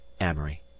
Amory